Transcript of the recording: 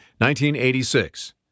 1986